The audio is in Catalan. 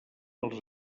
els